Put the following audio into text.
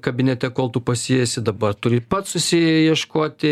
kabinete kol tu pas jį esi dabar turi pats susiieškoti